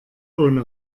ohne